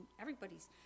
everybody's